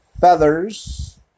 feathers